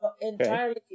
entirely